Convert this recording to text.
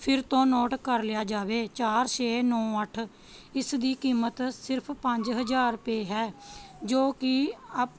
ਫਿਰ ਤੋਂ ਨੋਟ ਕਰ ਲਿਆ ਜਾਵੇ ਚਾਰ ਛੇ ਨੌ ਅੱਠ ਇਸ ਦੀ ਕੀਮਤ ਸਿਰਫ ਪੰਜ ਹਜ਼ਾਰ ਰੁਪਏ ਹੈ ਜੋ ਕਿ ਅਪ